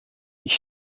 ich